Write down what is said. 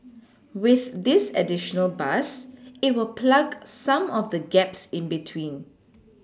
with this additional bus it will plug some of the gaps in between